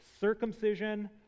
circumcision